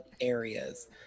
Areas